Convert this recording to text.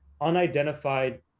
unidentified